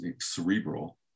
cerebral